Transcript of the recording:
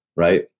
Right